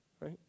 right